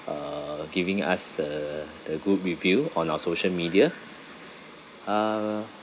uh giving us the the good review on our social media ah